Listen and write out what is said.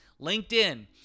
linkedin